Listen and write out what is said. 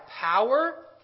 power